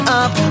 up